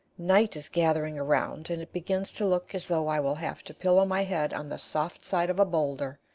night is gathering around, and it begins to look as though i will have to pillow my head on the soft side of a bowlder,